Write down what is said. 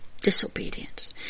disobedience